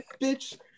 bitch